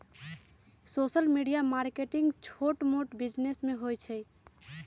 social media marketing छोट मोट business में होई छई